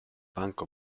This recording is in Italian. banco